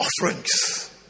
offerings